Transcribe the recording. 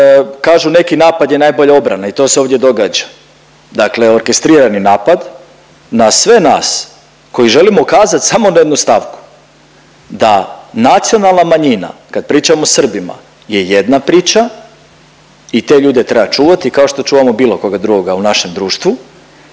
kažu neki napad je najbolja obrana i to se ovdje događa, dakle orkestrirani napad na sve nas koji želimo ukazat samo na jednu stavku da nacionalna manjina, kad pričam o Srbima je jedna priča i te ljude treba čuvati kao što čuvamo bilo koga drugoga u našem društvu,